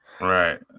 right